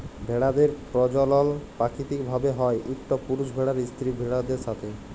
ভেড়াদের পরজলল পাকিতিক ভাবে হ্যয় ইকট পুরুষ ভেড়ার স্ত্রী ভেড়াদের সাথে